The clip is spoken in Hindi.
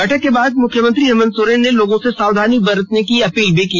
बैठक के बाद मुख्यमंत्री हेमंत सोरेन ने लोगों से सावधानी बरतने की अपील की